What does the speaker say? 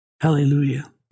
Hallelujah